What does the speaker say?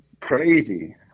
crazy